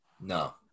No